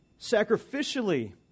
sacrificially